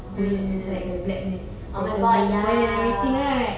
mm mm mm oh my god ya